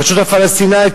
הרשות הפלסטינית,